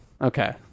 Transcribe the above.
Okay